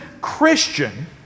Christian